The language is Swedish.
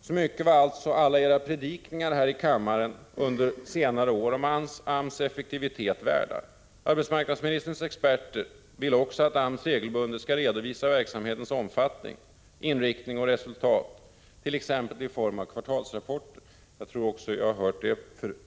Så mycket var alltså alla era predikningar här i kammaren under senare år om AMS effektivitet värda. Arbetsmarknadsministerns experter vill också att AMS regelbundet skall redovisa verksamhetens omfattning, inriktning och resultat, t.ex. i form av kvartalsrapporter. Jag tror också att jag hört det förut.